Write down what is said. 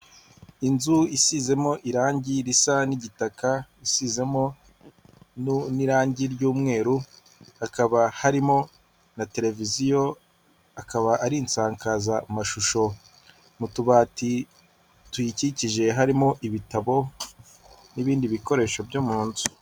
Inzu isizemo irangi risa n'igitaka, isizemo n'irangi ry'umweru hakaba harimo na tereviziyo akaba ari insakazamashusho. Mu tubati tuyikikije harimo ibitabo n'ibindi bikoresho byo mu nzu.